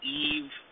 eve